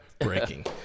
breaking